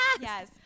Yes